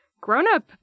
grown-up